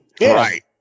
Right